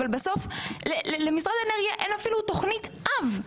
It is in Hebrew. אבל בסוף למשרד האנרגיה אין אפילו תוכנית אב,